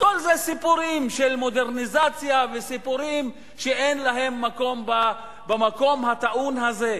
הכול זה סיפורים של מודרניזציה וסיפורים שאין להם מקום במקום הטעון הזה.